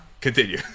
Continue